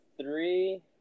three